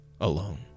alone